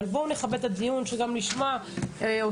אבל בואו נכבד את הדיון שגם נשמע אותם.